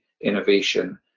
innovation